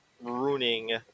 ruining